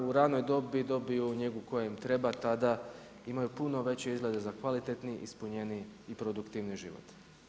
Ako u ranoj dobi dobiju njegu koja im treba tada imaju puno veće izglede za kvalitetniji ispunjeniji i produktivniji život.